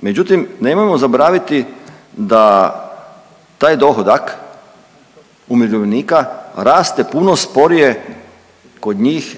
međutim nemojmo zaboraviti da taj dohodak umirovljenika raste puno sporije